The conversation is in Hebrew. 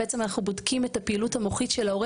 אנחנו בודקים את הפעילות המוחית של הורה